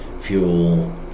fuel